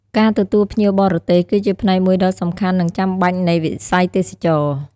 ការទទួលភ្ញៀវបរទេស គឺជាផ្នែកមួយដ៏សំខាន់និងចាំបាច់នៃ វិស័យទេសចរណ៍។